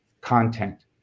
content